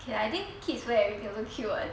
okay I think kids where everything also cute [what]